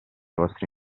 vostri